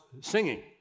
singing